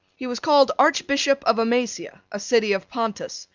he was called archbishop of amasia, a city of pontus,